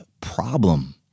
problem